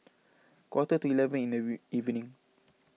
quarter to eleven in the evening